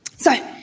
so,